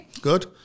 Good